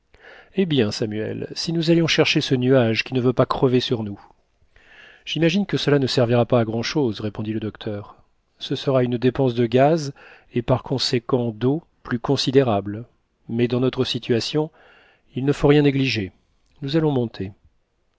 eh bien samuel si nous allions chercher ce nuage qui ne veut pas crever sur nous j'imagine que cela ne servira pas grand-chose répondit le docteur ce sera une dépense de gaz et par conséquent d'eau plus considérable mais dans notre situation il ne faut rien négliger nous allons monter